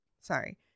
Sorry